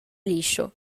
liscio